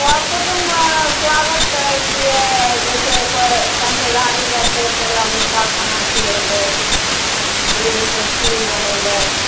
कर कुटुम्ब स्वागत करै छियै जैसे कोइ कंठीधारी रहतै तऽ ओकरा मिठा खाना खिलेबै दुधके खीर बनैबै